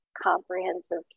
comprehensive